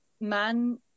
man